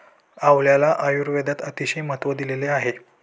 आवळ्याला आयुर्वेदात अतिशय महत्त्व दिलेले आहे